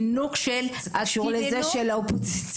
זה חינוך של --- זה קשור לזה שלאופוזיציה